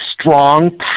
strong